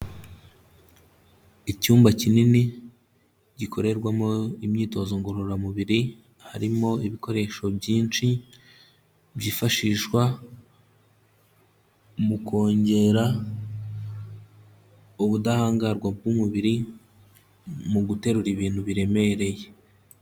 Icyumba kinini gikorerwamo imyitozo ngororamubiri, harimo ibikoresho byinshi, byifashishwa mu kongera ubudahangarwa bw'umubiri, mu guterura ibintu biremereye.